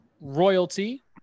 royalty